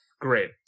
Great